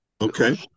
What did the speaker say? Okay